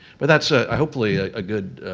but that's ah hopefully ah a good